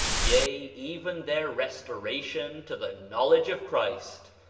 yea, even their restoration to the knowledge of christ,